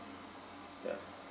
ya